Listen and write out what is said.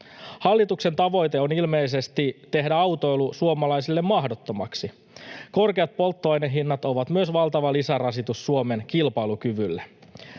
Hallituksen tavoite on ilmeisesti tehdä autoilu suomalaisille mahdottomaksi. Korkeat polttoainehinnat ovat myös valtava lisärasitus Suomen kilpailukyvylle.